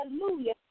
Hallelujah